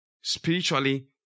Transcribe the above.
spiritually